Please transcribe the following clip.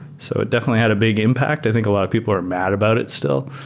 so it definitely had a big impact. i think a lot of people are mad about it still,